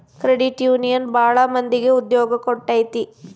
credit union ಭಾಳ ಮಂದಿಗೆ ಉದ್ಯೋಗ ಕೊಟ್ಟೈತಿ